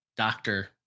doctor